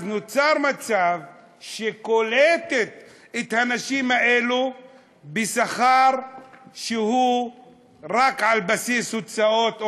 אז נוצר מצב שקולטים את הנשים האלו בשכר שהוא רק על בסיס הוצאות,